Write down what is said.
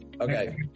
Okay